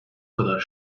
kadar